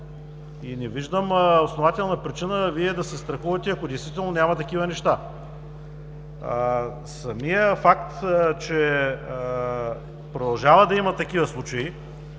и не виждам основателна причина Вие да се страхувате, ако действително няма такива неща. Самият факт, че продължава да има такива случаи